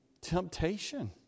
temptation